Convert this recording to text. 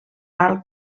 alt